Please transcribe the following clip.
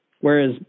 Whereas